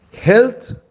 health